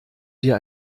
dir